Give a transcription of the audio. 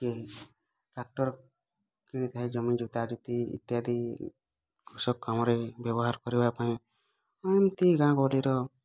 କେହି ଟ୍ରାକ୍ଟର କିଣିଥାଏ ଜମି ଯୋତା ଯୋତି ଇତ୍ୟାଦି କୃଷକ କାମରେ ବ୍ୟବହାର କରିବା ପାଇଁ ନୀତି ଗାଁ ଗହଳିର